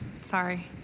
sorry